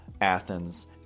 Athens